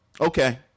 Okay